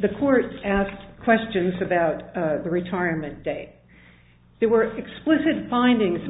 the courts asked questions about the retirement day they were explicit findings